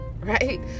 right